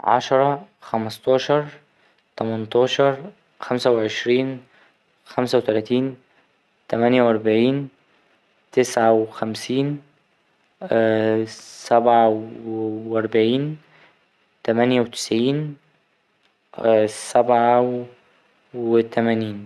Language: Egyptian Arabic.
عشرة خمستاشر تمنتاشر خمسة وعشرين خمسة وتلاتين تمانية وأربعين تسعة وخمسين سبعة وأربعين تمانية وتسعين سبعة وتمانين